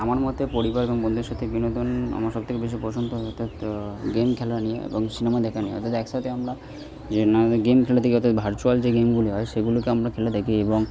আমার মতে পরিবার এবং বন্ধুদের সাথে বিনোদন আমার সবথেকে বেশি পছন্দ হয়ে থাকত গেম খেলা নিয়ে এবং সিনেমা দেখা নিয়ে অর্থাৎ একসাথে আমরা যে না গেম খেলে থাকি অর্থাৎ ভার্চুয়াল যে গেমগুলি হয় সেগুলোকে আমরা খেলে থাকি এবং